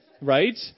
right